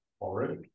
already